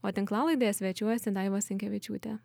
o tinklalaidėje svečiuojasi daiva sinkevičiūtė